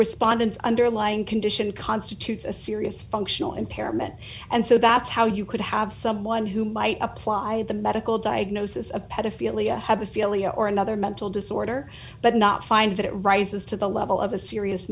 respondents underlying condition constitutes a serious functional impairment and so that's how you could have someone who might apply the medical diagnosis of pedophilia have ophelia or another mental disorder but not find that it rises to the level of a serious